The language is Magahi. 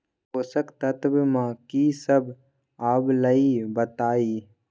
पोषक तत्व म की सब आबलई बताई?